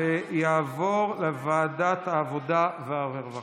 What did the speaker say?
ותעבור לוועדת העבודה והרווחה.